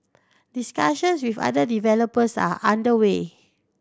discussions with other developers are under way